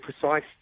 precise